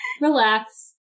Relax